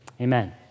Amen